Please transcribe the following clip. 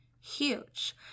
huge